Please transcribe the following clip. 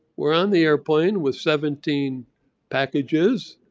we're on the airplane with seventeen packages